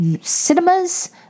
cinemas